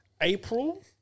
April